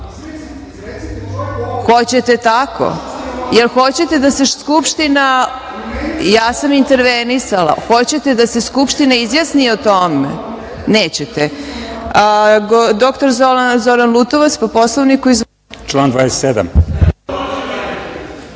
tako? Jer hoćete da se Skupština, ja sam intervenisala, hoćete da se Skupština izjasni o tome? Nećete. Doktor Zoran Lutovac, po Poslovniku. Izvolite.